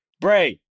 Bray